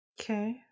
Okay